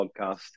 podcast